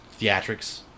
theatrics